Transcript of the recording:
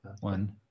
one